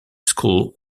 school